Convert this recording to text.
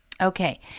Okay